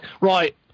Right